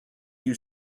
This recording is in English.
you